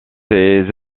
ses